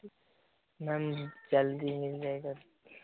नहीं जल्दी नहीं कर सकते